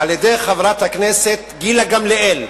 על-ידי חברת הכנסת גילה גמליאל,